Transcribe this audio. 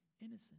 innocent